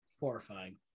Horrifying